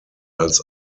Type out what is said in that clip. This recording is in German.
als